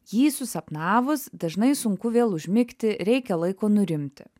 jį susapnavus dažnai sunku vėl užmigti reikia laiko nurimti